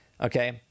okay